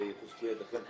ותחזקנה ידיכם.